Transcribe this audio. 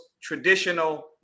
traditional